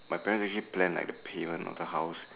my parents actually planned like the payment of the house